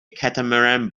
catamaran